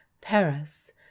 Paris